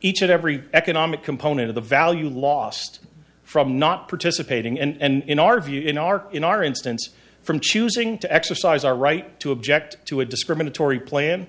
each and every economic component of the value lost from not participating and in our view in our in our instance from choosing to exercise our right to object to a discriminatory plan